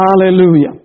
Hallelujah